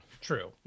True